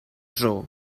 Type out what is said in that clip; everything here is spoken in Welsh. dro